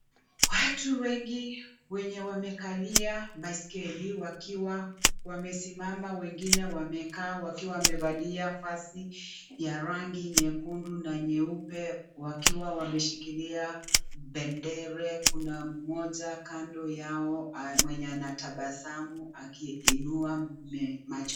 Watu wengi wenye wamevalia baiskeli wakiwa wamesimama wengine wamekaa wakiwa wamevalia vazi ya rangi nyekundu na nyeupe wakiwa wameshikilia bendera. Kuna mmoja kando yao mwenye anatabasamu huku akiinua macho yake.